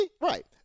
right